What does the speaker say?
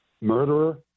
murderer